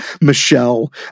Michelle